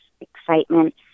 excitement